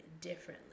differently